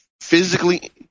physically